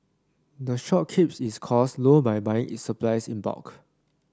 the shop keeps its cost low by buying it supplies in bulk